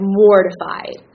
mortified